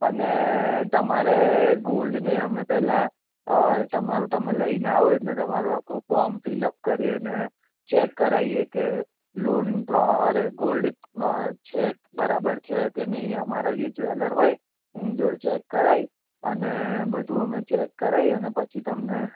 અને તમારે ગોલ્ડની અમે પહેલા તમારું તમે લઈને આવો એટલે તમારું આખું ફોર્મ ફિલ અપ કરીએને ચેક કરાવીએ કે લોન બરો ગોલ્ડ છે બરાબર છે કે નહીં અમારી જ્વેલર હોય હું એની પાસે કરાવી અને બધું અને બધું અમે ચેક કરાવી પછી તમને